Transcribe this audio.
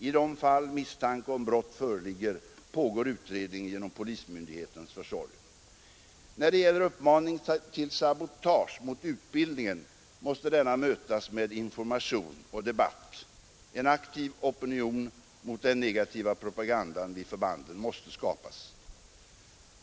I de fall misstanke om brott föreligger pågår utredning genom polismyndighetens försorg När det gäller uppmaning till sabotage mot utbildningen måste denna mötas med information och debatt. En aktiv opinion mot den negativa propagandan vid förbanden måste skapas.